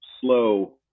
slow